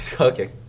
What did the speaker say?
Okay